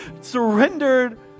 surrendered